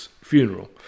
funeral